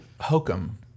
hokum